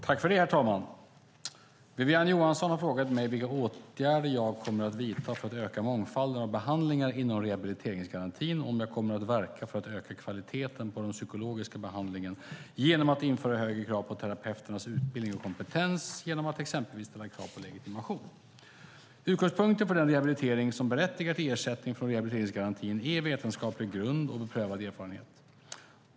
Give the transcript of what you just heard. Herr talman! Wiwi-Anne Johansson har frågat mig vilka åtgärder jag kommer att vidta för att öka mångfalden av behandlingar inom rehabiliteringsgarantin och om jag kommer att verka för att öka kvaliteten på den psykologiska behandlingen genom att införa högre krav på terapeuternas utbildning och kompetens genom att exempelvis ställa krav på legitimation. Utgångspunkten för den rehabilitering som berättigar till ersättning från rehabiliteringsgarantin är vetenskaplig grund och beprövad erfarenhet.